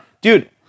Dude